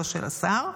לא של השר.